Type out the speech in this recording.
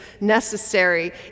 necessary